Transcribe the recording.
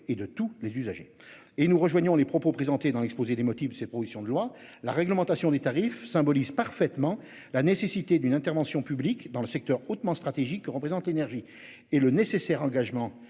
et de tous les usagers et nous rejoignons les propos présentés dans l'exposé des motifs de ces propositions de loi. La réglementation des tarifs symbolise parfaitement la nécessité d'une intervention publique dans le secteur hautement stratégique que représente l'énergie et le nécessaire engagement